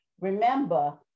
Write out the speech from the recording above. remember